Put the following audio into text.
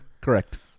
Correct